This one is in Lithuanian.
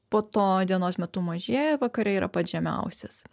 po to dienos metu mažėja vakare yra pats žemiausias